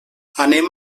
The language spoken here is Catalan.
anem